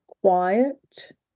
quiet